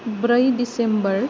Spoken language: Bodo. ब्रै डिसेम्बर